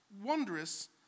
wondrous